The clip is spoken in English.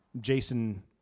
Jason